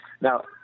now